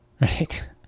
Right